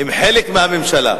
הם חלק מהממשלה.